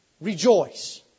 Rejoice